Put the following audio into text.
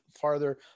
farther